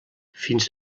fins